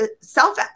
self